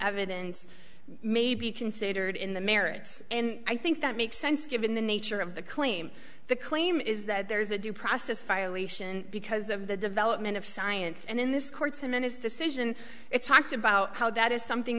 evidence may be considered in the merits and i think that makes sense given the nature of the claim the claim is that there is a due process violation because of the development of science and in this courts and in his decision it talked about how that is something